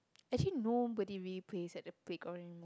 actually nobody really plays at the playground anymore